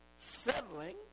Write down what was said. settling